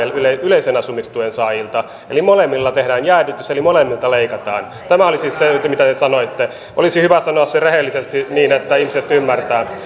yleisen asumistuen saajilta eli molemmille tehdään jäädytys eli molemmilta leikataan tämä oli siis se mitä te sanoitte olisi hyvä sanoa se rehellisesti niin että ihmiset ymmärtävät